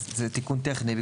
תיקון טכני.